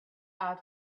out